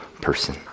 person